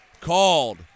called